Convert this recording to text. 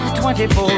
24